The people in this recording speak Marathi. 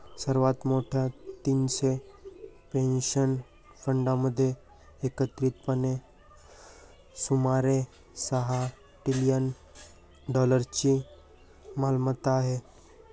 सर्वात मोठ्या तीनशे पेन्शन फंडांमध्ये एकत्रितपणे सुमारे सहा ट्रिलियन डॉलर्सची मालमत्ता आहे